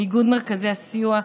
לאיגוד מרכזי הסיוע,